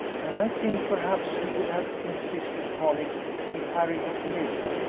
and i think perhaps he would have insisted upon it if harry had lived.